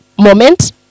moment